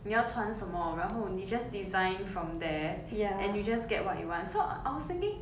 你要穿什么然后你 just design from there and you just get what you want so I was thinking